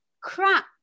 crack